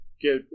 get